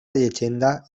llegenda